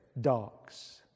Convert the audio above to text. dogs